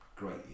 great